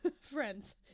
Friends